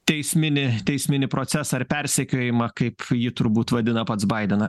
teisminį teisminį procesą ar persekiojimą kaip jį turbūt vadina pats baideną